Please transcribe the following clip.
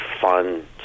fun